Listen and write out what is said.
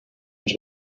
ens